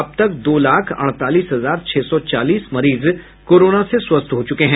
अब तक दो लाख अड़तालीस हजार छह सौ चालीस मरीज कोरोना से स्वस्थ हो चुके हैं